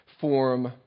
form